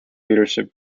leadership